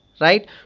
right